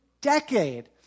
decade